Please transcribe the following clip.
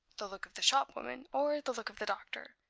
the look of the shop-woman, or the look of the doctor,